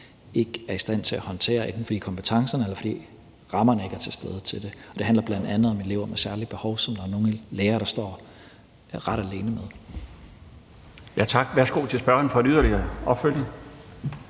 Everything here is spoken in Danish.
ikke er i stand til at håndtere, fordi kompetencerne eller rammerne til det ikke er til stede. Det handler bl.a. om elever med særlige behov, som der er nogle lærere der står ret alene med. Kl. 14:34 Den fg. formand (Bjarne Laustsen):